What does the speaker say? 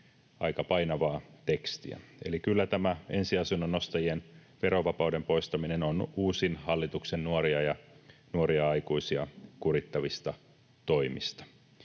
Aika painavaa tekstiä. Eli kyllä tämä ensiasunnon ostajien verovapauden poistaminen on uusin hallituksen nuoria ja nuoria aikuisia kurittavista toimista.